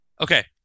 Okay